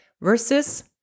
versus